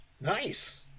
Nice